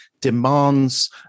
demands